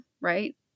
right